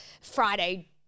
Friday